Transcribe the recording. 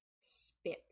Spit